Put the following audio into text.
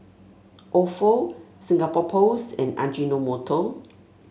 Ofo Singapore Post and Ajinomoto